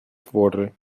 твори